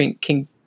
King